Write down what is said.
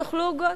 תאכלו עוגות,